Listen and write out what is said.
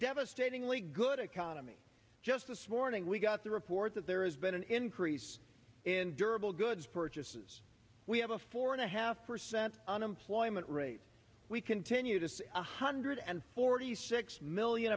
devastatingly good economy just this morning we got the report that there has been an increase in durable goods purchases we have a four and a half percent unemployment rate we continue to say one hundred and forty six million